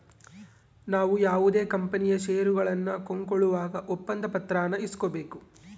ನಾವು ಯಾವುದೇ ಕಂಪನಿಯ ಷೇರುಗಳನ್ನ ಕೊಂಕೊಳ್ಳುವಾಗ ಒಪ್ಪಂದ ಪತ್ರಾನ ಇಸ್ಕೊಬೇಕು